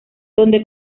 donde